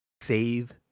Save